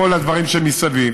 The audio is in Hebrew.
כל הדברים שמסביב,